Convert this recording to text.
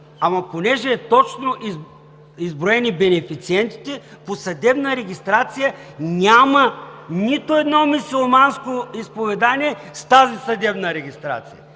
ама понеже са точно изброени бенефициентите по съдебна регистрация, няма нито едно мюсюлманско изповедание с тази съдебна регистрация.